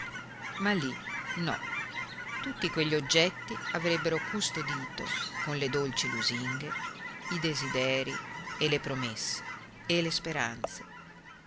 ma lì no tutti quegli oggetti avrebbero custodito con le dolci lusinghe i desiderii e le promesse e le speranze